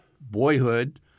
boyhood